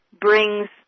brings